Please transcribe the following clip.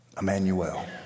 Emmanuel